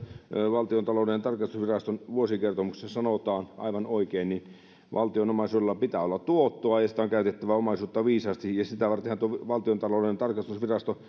valtiontalouden tarkastusviraston vuosikertomuksessa sanotaan aivan oikein niin valtion omaisuudella pitää olla tuottoa ja on käytettävä omaisuutta viisaasti ja sitä vartenhan tuo valtiontalouden tarkastusvirasto